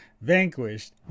vanquished